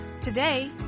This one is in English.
Today